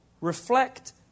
reflect